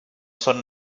son